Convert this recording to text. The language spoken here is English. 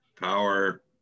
power